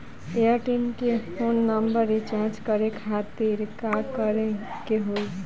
Airtel के phone number recharge करे के खातिर का करे के होई?